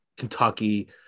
Kentucky